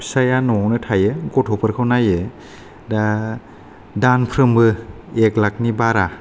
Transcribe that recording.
फिसाया न'आवनो थायो गथ'फोरखौ नायो दा दानफ्रोमबो एख लाखनि बारा